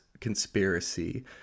conspiracy